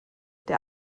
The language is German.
der